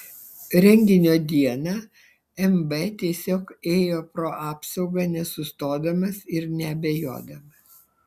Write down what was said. renginio dieną mb tiesiog ėjo pro apsaugą nesustodamas ir neabejodamas